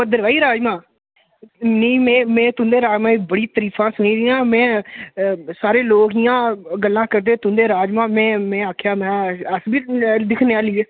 भद्रवाही राजमां में तुंदे राजमाहें दी बड़ी तारीफा सुनी दियां में सारे लोक इ'यां गल्लां करदे तुंदे राजमां में में आखेआ अस बी दिखनें आं लेइयै